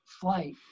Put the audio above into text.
flight